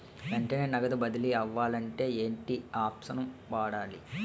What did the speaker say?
వెంటనే నగదు బదిలీ అవ్వాలంటే ఏంటి ఆప్షన్ వాడాలి?